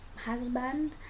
husband